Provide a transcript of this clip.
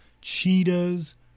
cheetahs